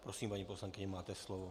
Prosím, paní poslankyně, máte slovo.